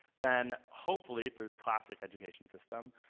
then hopefully, through the classic education system,